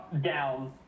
down